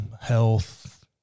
health